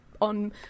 on